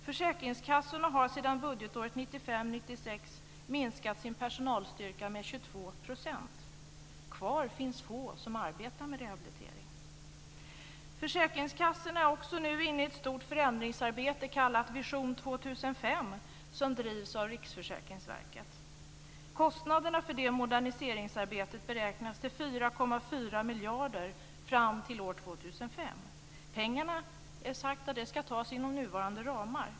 Försäkringskassorna har sedan budgetåret 1995/96 minskat sin personalstyrka med 22 %. Kvar finns få som arbetar med rehabilitering. Försäkringskassorna är också nu inne i ett stort förändringsarbete kallat Vision 2005, som drivs av Riksförsäkringsverket. Kostnaderna för det moderniseringsarbetet beräknas till 4,4 miljarder kronor fram till år 2005. Det är sagt att pengarna ska tas inom nuvarande ramar.